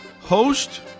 host